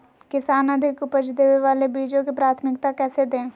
किसान अधिक उपज देवे वाले बीजों के प्राथमिकता कैसे दे?